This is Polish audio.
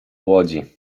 łodzi